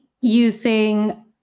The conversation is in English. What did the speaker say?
using